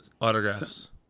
Autographs